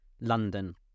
London